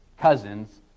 cousins